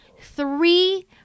Three